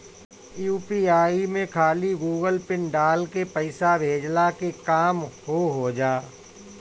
UPI में खाली Google PIN डाल के पईसा भेजला के काम हो होजा